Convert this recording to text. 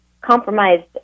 compromised